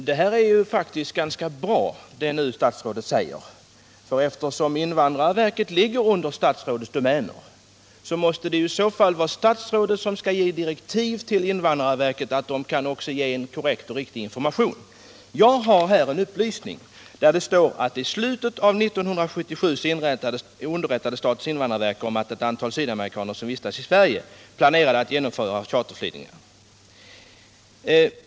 Herr talman! Det statsrådet nu säger är faktiskt ganska bra. Eftersom invandrarverket ligger under statsrådets domäner, måste det vara statsrådet som skall ge direktiv till invandrarverket att lämna en korrekt och riktig information. Jag har via riksdagens upplysningstjänst fått veta att statens invandrarverk i slutet av 1977 underrättades om att ett antal sydamerikaner sont vistades I Sverige planerade att genomföra charterflygningar.